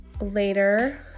later